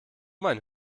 mein